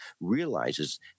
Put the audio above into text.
realizes